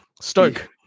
stoke